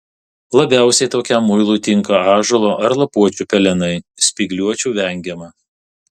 labiausiai tokiam muilui tinka ąžuolo ar lapuočių pelenai spygliuočių vengiama